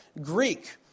Greek